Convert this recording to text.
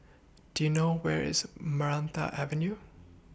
Do YOU know Where IS Maranta Avenue